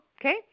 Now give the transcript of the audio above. Okay